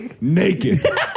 Naked